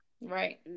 right